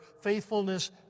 faithfulness